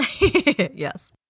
Yes